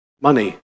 money